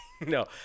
No